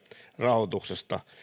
rahoituksesta